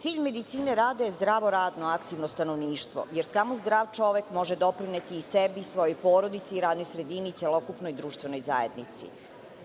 Cilj Medicine rada je zdravo radno aktivno stanovništvo, jer samo zdrav čovek može doprineti i sebi i svojoj porodici i radnoj sredini i celokupnoj društvenoj zajednici. Ono